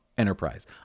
enterprise